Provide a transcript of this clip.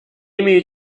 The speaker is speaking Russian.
имею